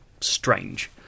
strange